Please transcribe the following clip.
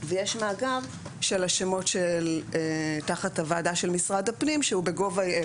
ויש מאגר של השמות שתחת הוועדה של משרד הפנים שהוא ב-gov.il.